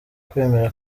kwemera